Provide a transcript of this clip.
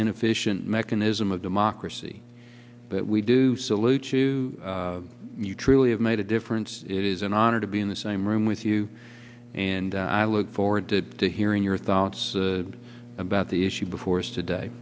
inefficient mechanism of democracy that we do salute to you truly have made a difference it is an honor to be in the same room with you and i look forward to hearing your thoughts about the issue before us today